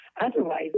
otherwise